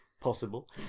possible